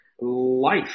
life